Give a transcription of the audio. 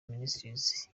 ministries